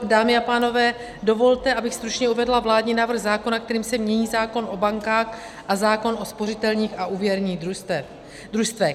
Dámy a pánové, dovolte, abych stručně uvedla vládní návrh zákona, kterým se mění zákon o bankách a zákon o spořitelních a úvěrních družstvech.